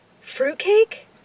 Fruitcake